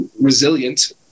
resilient